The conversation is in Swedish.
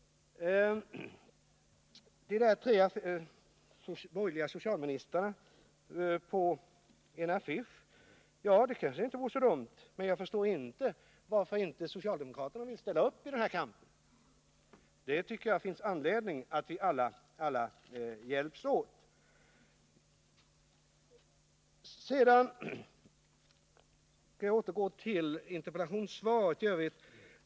Att ha de tre borgerliga socialministrarna på en affisch kanske inte vore så dumt, men jag förstår inte varför inte socialdemokraterna vill ställa upp i denna kampanj. Jag tycker att det finns all anledning att vi alla hjälps åt. Sedan skall jag återgå till interpellationssvaret i övrigt.